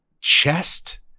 chest